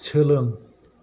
सोलों